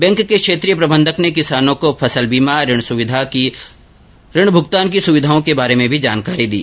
bank के क्षेत्रीय प्रबंधक ने किसानों को फसल बीमा ऋण भुगतान की सुविधाओं के बारे में भी जानकारी दी